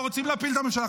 לא רוצים להפיל את הממשלה,